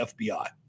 FBI